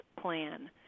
plan